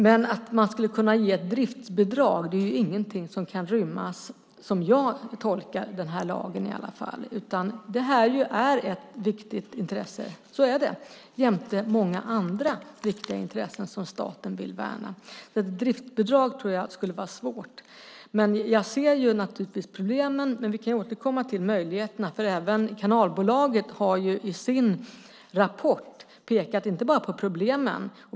Men att man skulle kunna ge ett driftsbidrag är ingenting som kan rymmas här, i alla fall inte som jag tolkar lagen. Det här är ett viktigt intresse - så är det - jämte många andra viktiga intressen som staten vill värna. Ett driftsbidrag tror jag skulle vara svårt att åstadkomma. Jag ser naturligtvis problemen, men vi kan återkomma till möjligheterna. Även kanalbolaget har i sin rapport pekat inte bara på problemen.